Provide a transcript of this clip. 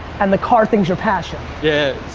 and the car thing's your passion. yeah,